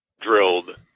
drilled